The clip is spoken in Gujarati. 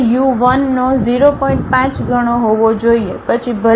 5 ગણો હોવો જોઈએ પછી ભલે તે 0